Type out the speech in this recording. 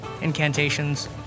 incantations